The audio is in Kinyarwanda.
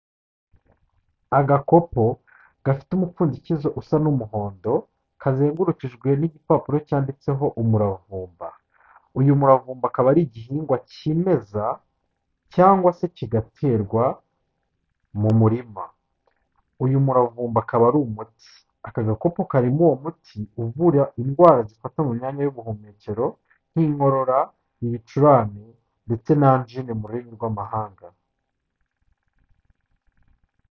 Agakopo gafite umupfundikizo usa n'umuhondo, kazengurukijwe n'igipapuro cyanditseho umuravumba, uyu muravumba akaba ari igihingwa kimeza cyangwa se kigaterwa mu murima, uyu muravumba akaba ari umuti, aka gakopo karimo uwo muti uvura indwara zifata mu myanya y'ubuhumekero nk'inkorora, ibicurane ndetse na angine mu rurimi rw'amahanga.